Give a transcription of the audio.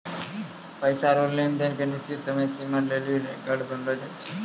पैसा रो लेन देन के निश्चित समय सीमा लेली रेकर्ड बनैलो जाय छै